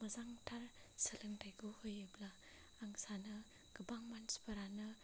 मोजांथार सोलोंथायखौ होयोब्ला आं सानो गोबां मानसिफोरानो